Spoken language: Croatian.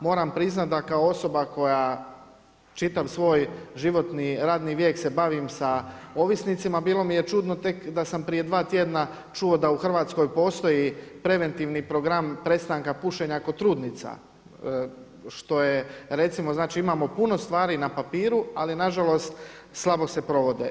Moram priznat da kao osoba koja čitav svoj životni radni vijek se bavim sa ovisnicima bilo mi je čudno tek da sam prije dva tjedna čuo da u Hrvatskoj postoji preventivni program prestanka pušenja kod trudnica što je recimo, znači imamo puno stvari na papiru, ali na žalost slabo se provode.